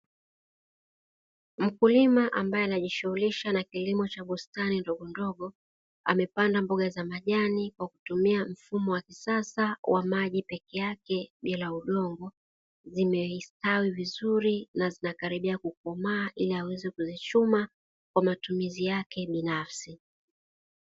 Mkulima ambaye anajishughulisha na kilimo cha bustani ndogondogo, amepanda mboga za majani kwa kutumia mfumo wa kisasa wa maji peke yake bila udongo zimestawi vizuri na zinakaribia kukomaa ili aweze kuzichuma kwa matumizi yake binafsi